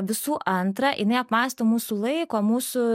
visų antra jinai apmąsto mūsų laiko mūsų